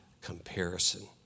comparison